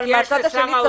אבל מן צד השני,